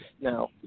Now